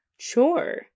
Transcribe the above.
Sure